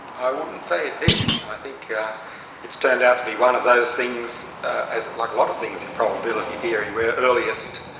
i wouldn't say it did. i think it's turned out to be one of those things, as, like a lot of things in probability theory, where earliest.